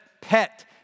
pet